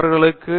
பேராசிரியர் ஆர்